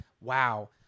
wow